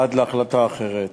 עד להחלטה אחרת.